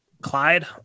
Clyde